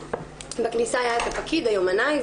בכניסה היה את הפקיד, היומנאי.